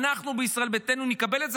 אנחנו בישראל ביתנו נקבל את זה,